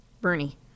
Bernie